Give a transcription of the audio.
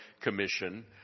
commission